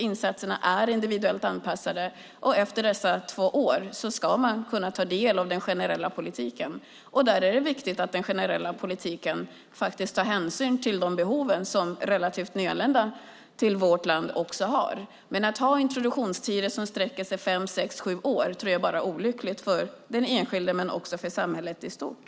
Insatserna är individuellt anpassade, och efter dessa två år ska man kunna ta del av den generella politiken. Där är det viktigt att den generella politiken faktiskt tar hänsyn till de behov som relativt nyanlända till vårt land har. Att ha introduktionstider som sträcker sig över fem, sex eller sju år tror jag dock bara är olyckligt för både den enskilde och samhället i stort.